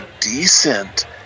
decent